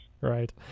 right